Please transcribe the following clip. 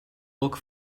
look